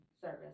service